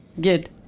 Good